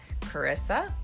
Carissa